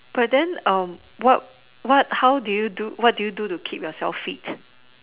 but then um what what how do you do what do you do to keep yourself fit